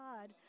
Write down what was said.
god